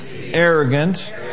arrogant